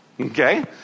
okay